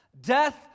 death